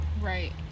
right